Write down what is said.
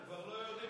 הם כבר לא יודעים,